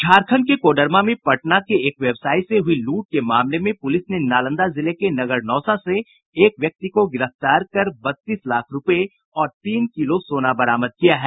झारखण्ड के कोडरमा में पटना के एक व्यवसायी से हुयी लूट के मामले में पुलिस ने नालंदा जिले के नगरनौसा से एक व्यक्ति को गिरफ्तार कर बत्तीस लाख रूपये और तीन किलो सोना बरामद किया है